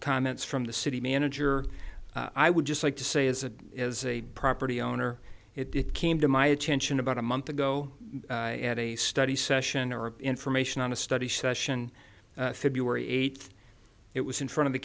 comments from the city manager i would just like to say as a as a property owner it came to my attention about a month ago at a study session or information on a study session feb eighth it was in front of the